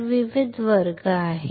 तर विविध वर्ग आहेत